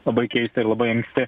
labai keista ir labai anksti